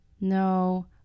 No